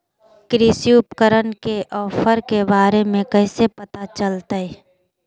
कृषि उपकरण के ऑफर के बारे में कैसे पता चलतय?